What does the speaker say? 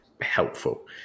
helpful